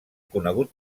conegut